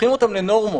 הופכים אותן לנורמות.